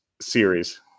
series